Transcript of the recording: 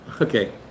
Okay